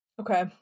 Okay